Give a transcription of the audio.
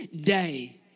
day